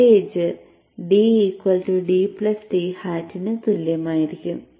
voltage d dd ന് തുല്യമായിരിക്കും